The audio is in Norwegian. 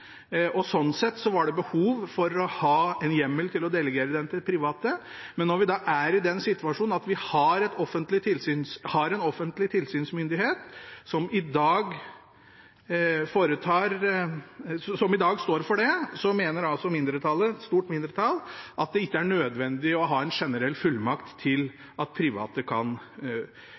og sånn sett var det behov for å ha en hjemmel til å delegere den til private. Men når vi er i den situasjonen at vi har en offentlig tilsynsmyndighet som i dag står for det, mener altså mindretallet – et stort mindretall – at det ikke er nødvendig å ha en generell fullmakt til at private kan